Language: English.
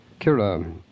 Kira